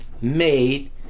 made